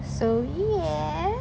so ya